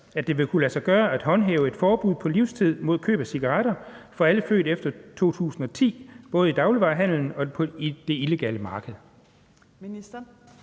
at det vil kunne lade sig gøre at håndhæve et forbud på livstid mod køb af cigaretter for alle født efter 2010 både i dagligvarehandelen og på det illegale marked?